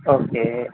okay